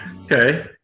Okay